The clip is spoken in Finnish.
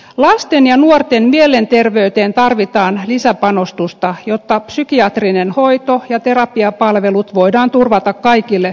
lasten ja nuorten mielenterveyteen tarvitaan lisäpanostusta jotta psykiatrinen hoito ja terapia palvelut voidaan turvata kaikille tarvitseville